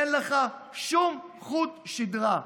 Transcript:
אין לך שום חוט שדרה.